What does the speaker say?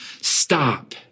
stop